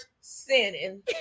sinning